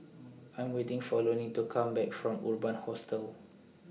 I Am waiting For Lonie to Come Back from Urban Hostel